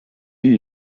you